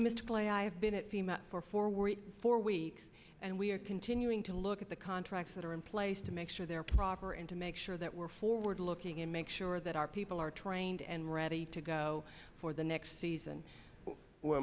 misplay i have been it for four we're four weeks and we're continuing to look at the contracts that are in place to make sure there are proper and to make sure that we're forward looking and make sure that our people are trained and ready to go for the next season